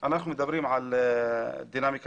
אנחנו מדברים על דינמיקה.